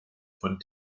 von